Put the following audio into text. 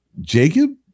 Jacob